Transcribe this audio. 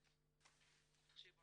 ושוב,